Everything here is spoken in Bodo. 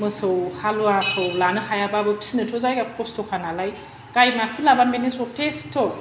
मोसौ हालुवाखौ लानो हायाबाबो फिनोथ' जायगा खस्थ' खा नालाय गाइ मासे लाबा बेनो जथेस्थ'